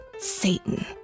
satan